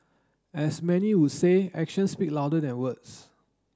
as many would say actions speak louder than words